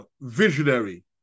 visionary